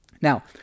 now